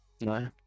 No